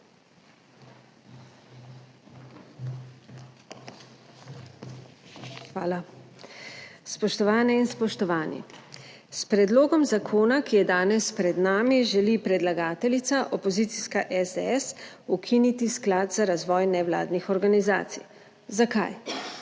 Hvala. Spoštovane in spoštovani. S predlogom zakona, ki je danes pred nami, želi predlagateljica, opozicijska SDS, ukiniti Sklad za razvoj nevladnih organizacij. Zakaj?